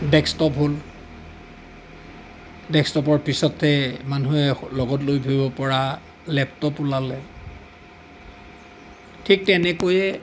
desktop হ'ল ডেস্কটপৰ পিছতে মানুহে লগত লৈ ফুৰিব পৰা লেপটপ ওলালে ঠিক তেনেকৈয়ে